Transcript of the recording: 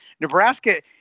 nebraska